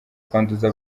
kwanduza